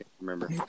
remember